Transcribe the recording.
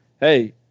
Hey